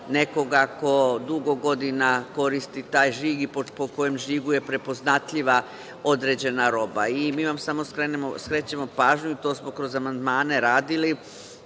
nekoga ko dugo godina koristi taj žig i po kojem žigu je prepoznatljiva određena roba. Mi vam samo skrećemo pažnju, to smo kroz amandmane radili,